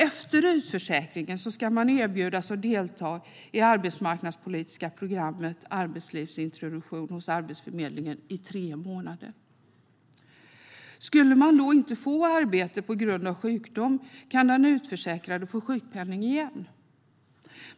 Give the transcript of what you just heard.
Efter utförsäkringen ska man erbjudas att delta i det arbetsmarknadspolitiska programmet arbetslivsintroduktion hos Arbetsförmedlingen i tre månader. Skulle man som utförsäkrad då inte få arbete på grund av sjukdom kan man få sjukpenning igen.